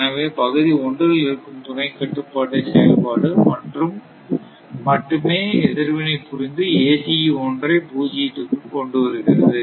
எனவே பகுதி ஒன்றில் இருக்கும் துணை கட்டுப்பாட்டு செயல்பாடு மட்டுமே எதிர்வினை புரிந்து ACE 1 ஐ பூஜ்ஜியத்துக்கு கொண்டு வருகிறது